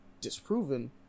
disproven